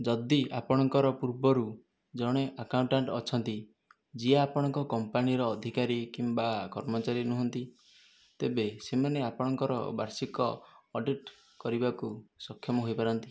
ଯଦି ଆପଣଙ୍କର ପୂର୍ବରୁ ଜଣେ ଆକାଉଣ୍ଟାଣ୍ଟ ଅଛନ୍ତି ଯିଏ ଆପଣଙ୍କ କମ୍ପାନୀର ଅଧିକାରୀ କିମ୍ବା କର୍ମଚାରୀ ନୁହଁନ୍ତି ତେବେ ସେମାନେ ଆପଣଙ୍କର ବାର୍ଷିକ ଅଡିଟ୍ କରିବାକୁ ସକ୍ଷମ ହୋଇପାରନ୍ତି